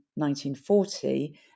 1940